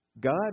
God